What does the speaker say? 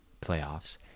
playoffs